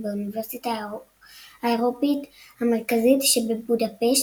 באוניברסיטה האירופית המרכזית שבבודפשט,